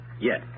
Yes